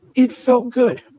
it felt good.